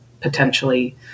potentially